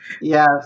Yes